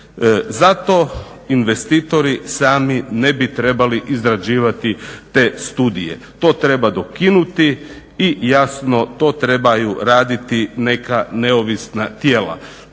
Zato investitori sami ne bi trebali izrađivati te studije. To treba dokinuti i jasno to trebaju raditi neka neovisna tijela.